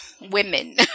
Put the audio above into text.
Women